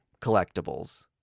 collectibles